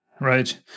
Right